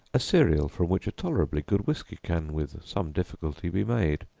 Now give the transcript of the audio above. a cereal from which a tolerably good whisky can with some difficulty be made,